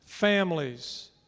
families